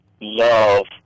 love